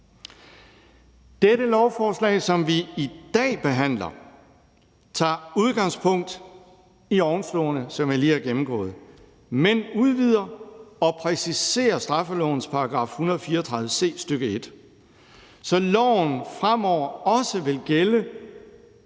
Dette lovforslag, som vi i dag behandler, tager udgangspunkt i ovenstående, som jeg lige har gennemgået, men udvider og præciserer straffelovens § 134 C, stk. 1, så loven fremover også vil gælde